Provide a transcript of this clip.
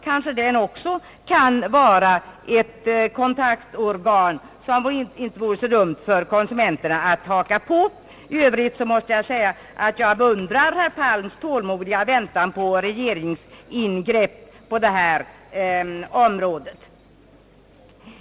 Också den kan kanske skapa ett kontaktorgan, som det inte vore så dumt för konsumenterna att haka på. I övrigt måste jag säga att jag beundrar herr Palms tålmodiga väntan på regeringsingripande på detta område.